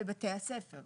בבתי הספר.